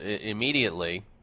immediately